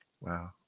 Wow